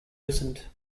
listened